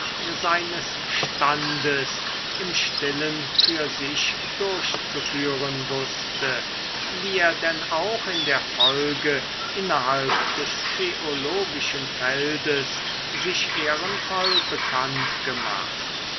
seines standes im stillen für sich durchzuführen wußte wie er denn auch in der folge innerhalb des theologischen feldes sich ehrenvoll bekannt gemacht